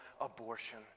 abortion